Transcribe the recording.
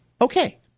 Okay